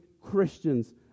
Christians